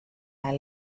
nei